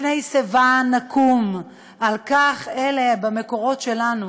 בפני שיבה תקום, על כך חונכנו, אלה המקורות שלנו.